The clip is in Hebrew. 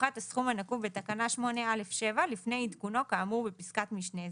הופחת הסכום הנקוב בתקנה 8א(7) לפני עדכונו כאמור בפסקת משנה זו.